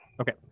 Okay